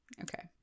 Okay